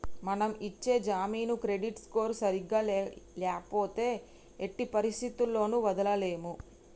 మనం ఇచ్చే జామీను క్రెడిట్ స్కోర్ సరిగ్గా ల్యాపోతే ఎట్టి పరిస్థతుల్లోను వదలలేము